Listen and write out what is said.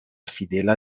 fidela